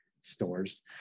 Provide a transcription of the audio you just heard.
stores